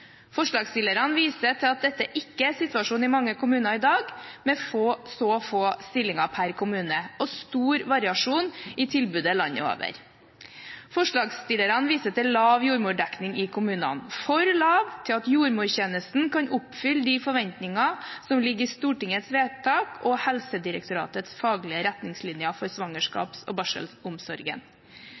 Forslagsstillerne viser til at dette ikke er situasjonen i mange kommuner i dag med så få stillinger per kommune og stor variasjon i tilbudet landet over. Forslagsstillerne viser til lav jordmordekning i kommunene, for lav til at jordmortjenesten kan oppfylle de forventningene som ligger i Stortingets vedtak og Helsedirektoratets faglige retningslinjer for svangerskaps- og barselomsorgen.